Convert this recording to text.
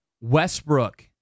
Westbrook